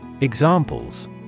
Examples